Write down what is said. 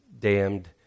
damned